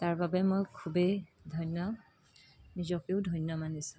তাৰবাবে মই খুবেই ধন্য নিজকেও ধন্য মানিছোঁ